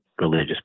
religious